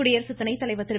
குடியரசுத்துணைத்தலைவர் திரு